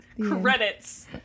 Credits